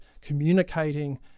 communicating